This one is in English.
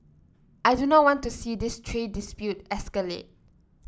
I do not want to see this trade dispute escalate